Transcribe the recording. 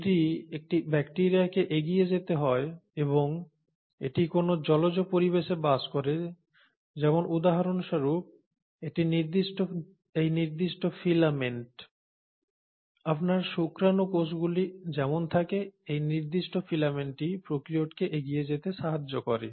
যদি একটি ব্যাকটিরিয়াকে এগিয়ে যেতে হয় এবং এটি কোনও জলজ পরিবেশে বাস করে যেমন উদাহরণস্বরূপ এই নির্দিষ্ট ফিলামেন্ট আপনার শুক্রাণু কোষগুলিতে যেমন থাকে এই নির্দিষ্ট ফিলামেন্টটি প্রোক্যারিওটকে এগিয়ে যেতে সাহায্য করে